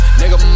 nigga